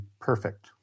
perfect